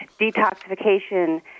detoxification